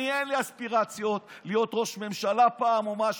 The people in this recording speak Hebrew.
אין לי אספירציות להיות פעם ראש ממשלה או משהו.